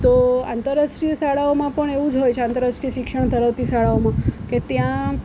તો આંતરરાષ્ટ્રિય શાળાઓમાં પણ એવું જ હોય છે આંતરરાષ્ટ્રિય શિક્ષણ ધરાવતી શાળાઓમાં કે ત્યાં